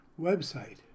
website